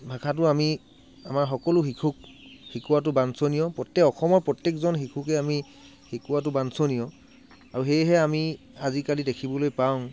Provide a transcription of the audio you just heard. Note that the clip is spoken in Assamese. ভাষাটো আমি আমাৰ সকলো শিশুক শিকোৱাটো বাঞ্ছনীয় গোটেই অসমৰ প্ৰত্যেকজন শিশুকে আমি শিকোৱাটো বাঞ্ছনীয় আৰু সেয়েহে আমি আজিকালি দেখিবলৈ পাওঁ